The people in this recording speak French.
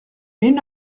mille